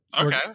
Okay